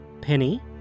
Penny